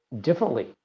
differently